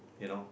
you know